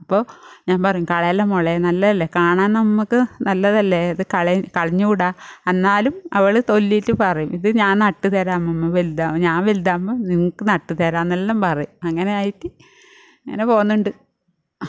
അപ്പോൾ ഞാൻ പറയും കളയല്ലേ മോളെ നല്ലതല്ലേ കാണാൻ നമുക്ക് നല്ലതല്ലേ അത് കള കളഞ്ഞ് കൂട എന്നാലും അവൾ തൊല്ലിയിട്ട് പറയും ഇത് ഞാൻ നട്ട് തരാം അമ്മൂമ്മേ വലുതാ ഞാൻ വലുതാകുമ്പോൾ നിങ്ങൾക്ക് നട്ട് തരാം എന്നെല്ലാം പറയും അങ്ങനെ ആയിട്ട് അങ്ങനെ പോകുന്നുണ്ട്